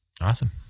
awesome